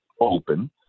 open